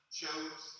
chose